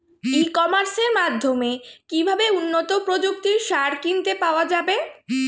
ই কমার্সের মাধ্যমে কিভাবে উন্নত প্রযুক্তির সার কিনতে পাওয়া যাবে?